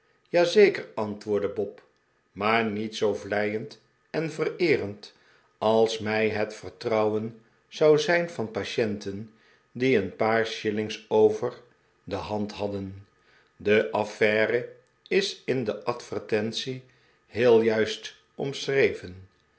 zeker antwoordde bob maar niet zoo vleiend en vereerend als mij het vertrouwen zou zijn van patienten die een paar shillings over de hand hadden de affaire is in de advertentie heel juist omschreven